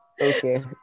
Okay